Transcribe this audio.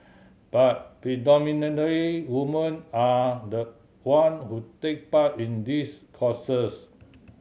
but predominantly women are the one who take part in these courses